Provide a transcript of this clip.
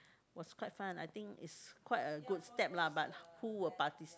was quite fun I think is quite a good step lah but who will partici~